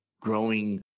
growing